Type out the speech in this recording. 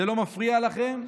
זה לא מפריע לכם.